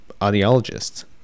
audiologists